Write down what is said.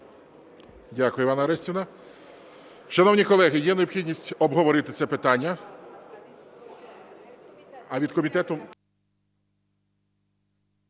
Дякую, Іванна Орестівна. Шановні колеги, є необхідність обговорити це питання?